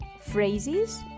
phrases